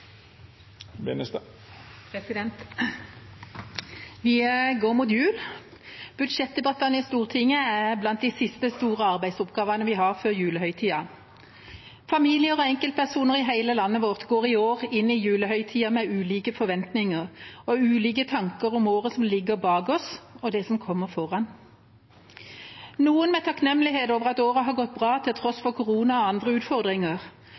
Vi går mot jul, budsjettdebattene i Stortinget er blant de siste store arbeidsoppgavene vi har før julehøytiden. Familier og enkeltpersoner i hele landet vårt går i år inn i julehøytiden med ulike forventninger og ulike tanker om året som ligger bak oss, og det som kommer foran – noen med takknemlighet over at året har gått bra til tross for korona og andre utfordringer,